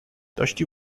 داشتی